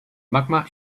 magma